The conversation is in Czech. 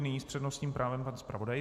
Nyní s přednostním právem pan zpravodaj.